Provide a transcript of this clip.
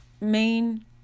main